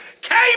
came